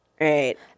right